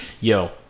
Yo